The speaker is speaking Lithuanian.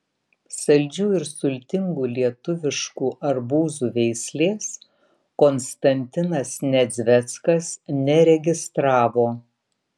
saldžių ir sultingų lietuviškų arbūzų veislės konstantinas nedzveckas neregistravo